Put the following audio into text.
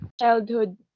childhood